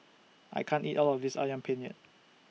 I can't eat All of This Ayam Penyet